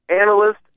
analyst